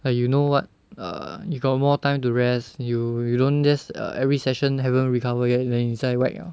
like you know [what] uh you got more time to rest you you don't just uh every session haven't recover yet then inside whack 了